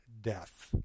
death